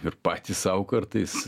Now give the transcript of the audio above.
ir patys sau kartais